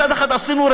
מצד אחד עשינו,